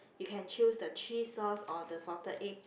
you can choose the cheese sauce or the salted egg